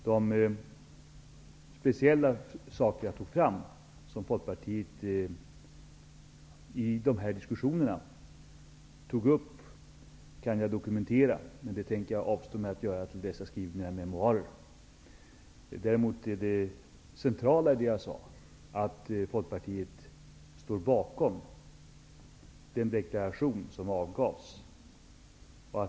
De speciella frågor som jag tog fram och som Folkpartiet tog upp vid dessa diskussioner, kan jag dokumentera. Jag avstår dock från att göra det fram till dess att jag skriver mina memoarer. Det centrala i det jag sade är emellertid att Folkpartiet står bakom den deklaration som avgavs.